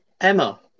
Emma